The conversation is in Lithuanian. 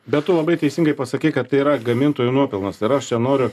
bet tu labai teisingai pasakei kad tai yra gamintojų nuopelnas ir aš čia noriu